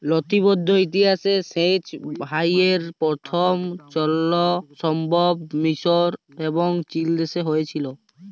লতিবদ্ধ ইতিহাসে সেঁচ ভাঁয়রের পথম চলল সম্ভবত মিসর এবং চিলদেশে হঁয়েছিল